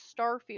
Starfield